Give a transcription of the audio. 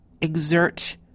exert